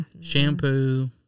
Shampoo